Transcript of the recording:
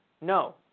No